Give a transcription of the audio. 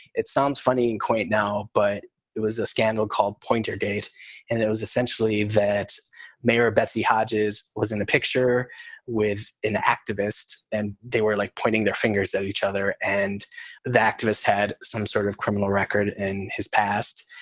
it sounds funny and quaint now, but it was a scandal called pointer gate, and it was essentially that mayor betsy hodges was in the picture with an activist and they were like pointing their fingers at each other. and the activists had some sort of criminal record in his past.